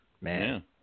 Man